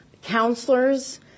counselors